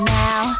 now